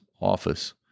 office